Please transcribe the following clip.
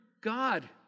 God